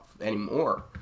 anymore